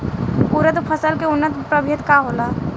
उरद फसल के उन्नत प्रभेद का होला?